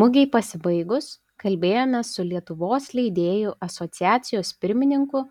mugei pasibaigus kalbėjomės su lietuvos leidėjų asociacijos pirmininku